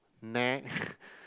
nag